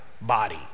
body